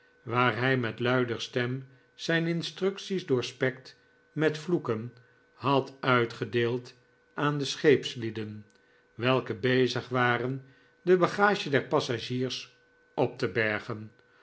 waar hij met luider stem zijn instructies doorspekt met vloeken had uitgedeeld aan de scheepslieden welke bezig waren de bagage der passagiers op te bergen